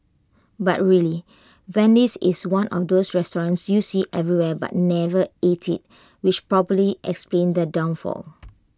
but really Wendy's is one of those restaurants you see everywhere but never ate at which probably explains their downfall